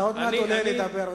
אתה עוד מעט עולה לדבר,